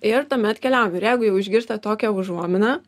ir tuomet keliaujam ir jeigu jau išgirsta tokią užuominą